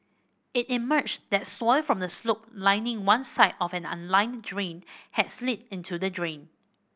it emerged that soil from the slope lining one side of an unlined drain had slid into the drain